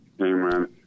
Amen